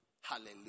Hallelujah